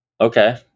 Okay